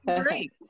Great